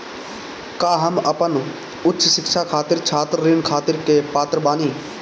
का हम अपन उच्च शिक्षा खातिर छात्र ऋण खातिर के पात्र बानी?